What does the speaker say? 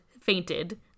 fainted